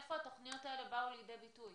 איפה התוכניות האלה באו לידי ביטוי?